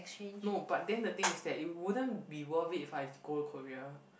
no but then the thing is that it wouldn't be worth it if I go Korea